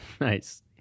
Nice